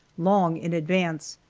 long in advance,